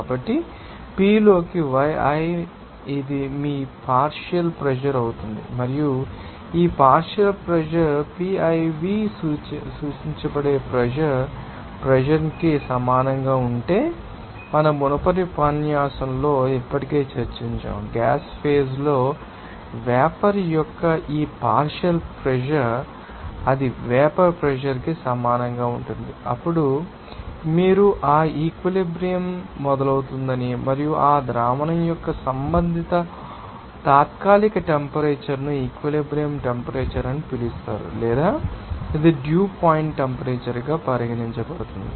కాబట్టి p లోకి yi అది మీ పార్షియల్ ప్రెషర్ అవుతుంది మరియు ఈ పార్షియల్ ప్రెషర్ Piv చే సూచించబడే వేపర్ ప్రెషర్ ానికి సమానంగా ఉంటే మన మునుపటి ఉపన్యాసంలో ఇప్పటికే చర్చించాము గ్యాస్ ఫేజ్ లో వేపర్ యొక్క ఈ పార్షియల్ ప్రెషర్ అది వేపర్ ప్రెషర్ ానికి సమానంగా ఉంటుంది అప్పుడు మీరు ఆ ఈక్విలిబ్రియం త మొదలవుతుందని మరియు ఆ ద్రావణం యొక్క సంబంధిత తాత్కాలిక టెంపరేచర్ ను ఈక్విలిబ్రియం టెంపరేచర్ అని పిలుస్తారు లేదా ఇది డ్యూ పాయింట్ టెంపరేచర్ గా పరిగణించబడుతుంది